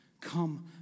Come